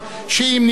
וגם אם לא,